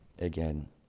again